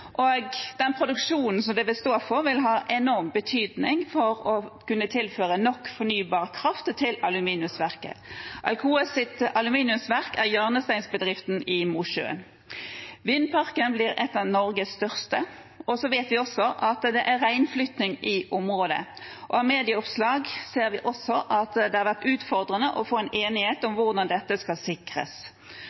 og den produksjonen som det vil stå for, vil ha enorm betydning for å kunne tilføre nok fornybar kraft til aluminiumsverket. Alcoas aluminiumsverk er hjørnesteinsbedriften i Mosjøen. Vindparken blir en av Norges største, og så vet vi også at det er reinflytting i området. Av medieoppslag ser vi at det har vært utfordrende å få en enighet om hvordan dette skal sikres,